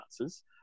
answers